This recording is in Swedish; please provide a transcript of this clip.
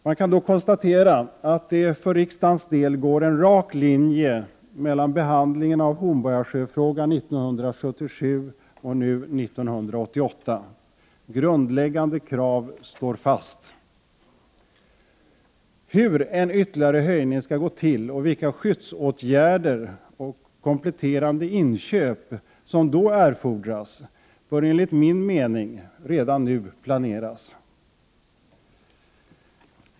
Man kan också konstatera att det för riksdagens del går en rak linje mellan behandlingen av Hornborgasjöfrågan 1977 och nu, 1988. Grundläggande krav står fast. Hur en ytterligare höjning skall gå till och vilka skyddsåtgärder och kompletterande inköp som då erfordras bör enligt min mening redan nu planeras.